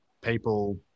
people